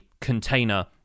container